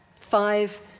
Five